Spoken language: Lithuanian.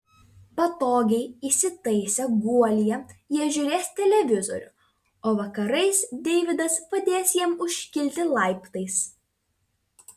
patogiai įsitaisę guolyje jie žiūrės televizorių o vakarais deividas padės jam užkilti laiptais